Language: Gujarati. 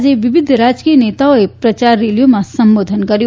આજે વિવિધ રાજકીય નેતાઓએ પ્રચાર રેલીઓને સંબોધન કર્યું